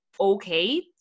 okay